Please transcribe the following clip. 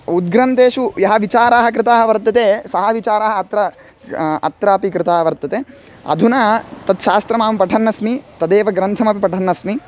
उद्ग्रन्तेषु ये विचाराः कृताः वर्तन्ते सः विचाराः अत्र अत्रापि कृता वर्तते अधुना तत्शास्त्रमहं पठन्नस्मि तदेव ग्रन्थमपि पठन्नस्मि